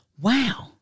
wow